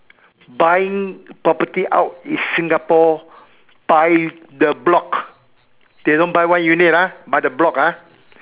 buying property out in Singapore by the block they don't buy one unit ah by the block ah